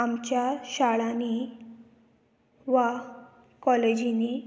आमच्या शाळांनी वा कॉलेजींनी